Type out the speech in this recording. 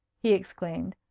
he exclaimed,